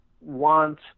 want –